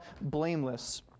blameless